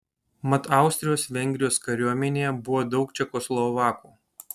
mat austrijos vengrijos kariuomenėje buvo daug čekoslovakų